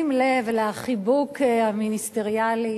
שים לב לחיבוק המיניסטריאלי,